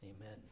Amen